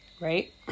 right